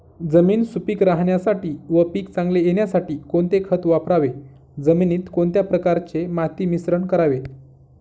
जमीन सुपिक राहण्यासाठी व पीक चांगले येण्यासाठी कोणते खत वापरावे? जमिनीत कोणत्या प्रकारचे माती मिश्रण करावे?